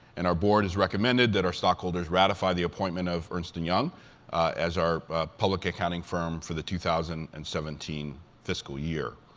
and our board has recommended that our stockholders ratify the appointment of ernst and young as our public accounting firm for the two thousand and seventeen fiscal year.